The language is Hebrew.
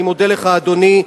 אני מודה לך, אדוני.